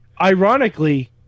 Ironically